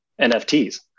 nfts